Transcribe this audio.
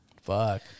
fuck